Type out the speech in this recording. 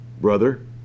Brother